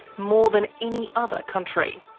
more than any other country.